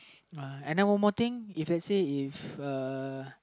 uh and then one more thing if let's say if uh